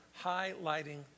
highlighting